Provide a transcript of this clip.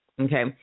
Okay